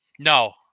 No